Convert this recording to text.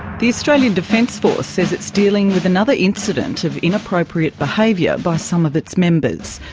the australian defence force says it's dealing with another incident of inappropriate behaviour by some of its members.